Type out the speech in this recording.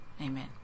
Amen